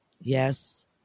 Yes